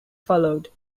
followed